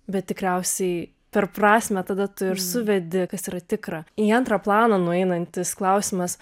bet tikriausiai per prasmę tada tu ir suvedi kas yra tikra į antrą planą nueinantis klausimas